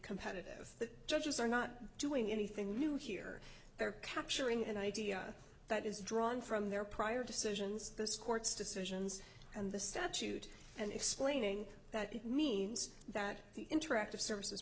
competitive the judges are not doing anything new here they're capturing an idea that is drawn from their prior decisions this court's decisions and the statute and explaining that it means that the interactive services